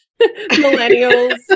millennials